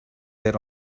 there